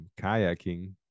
kayaking